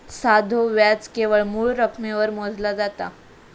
साधो व्याज केवळ मूळ रकमेवर मोजला जाता